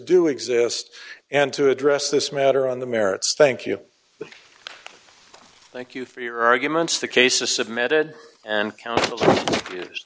do exist and to address this matter on the merits thank you thank you for your arguments the case is submitted and counsel